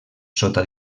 sota